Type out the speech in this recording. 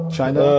China